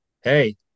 hey